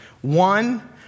One